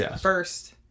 first